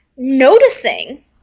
Noticing